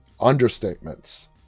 understatements